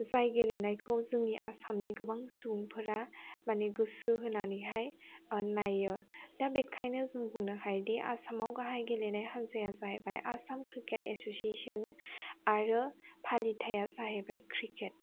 जाय गेलेनायखौ जोंनि आसामनि गोबां सुबुंफोरा माने गोसो होनानैहाय नायो दा बेनिखायनो जों बुंनो हायोदि आसामाव गाहाय गेलेनाय हानजाया जाहैबाय आसाम क्रिकेट एस'सियेसोन आरो फालिथाया जाहैबाय क्रिकेट